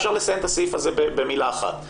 אפשר לסיים את הסעיף הזה במילה אחת,